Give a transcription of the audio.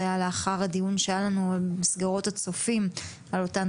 זה לאחר הדיון שהיה לנו עם הצופים בנושא.